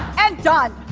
and done!